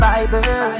Bible